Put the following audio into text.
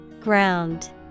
Ground